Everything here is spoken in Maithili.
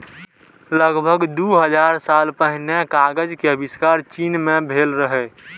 लगभग दू हजार साल पहिने कागज के आविष्कार चीन मे भेल रहै